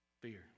Fear